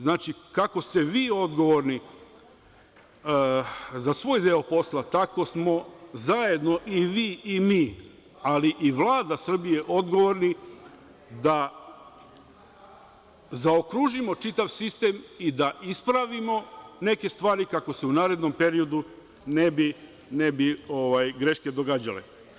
Znači, kako ste vi odgovorni za svoj deo posla, tako smo zajedno, i vi i mi, ali i Vlada Srbije, odgovorni da zaokružimo čitav sistem i da ispravimo neke stvari, kako se u narednom periodu greške ne bi događale.